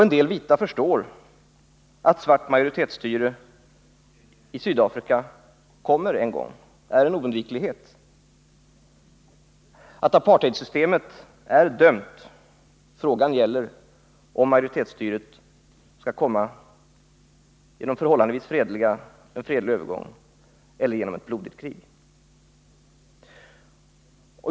En del vita förstår att svart majoritetsstyre i Sydafrika kommer en gång, är en oundviklighet — att apartheidsystemet är dömt. Frågan gäller om majoritetsstyret skall komma genom en förhållandevis fredlig övergång eller genom ett blodigt krig.